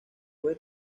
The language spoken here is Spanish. fue